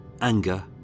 anger